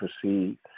proceed